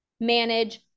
manage